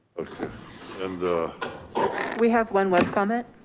okay and we have one web comment.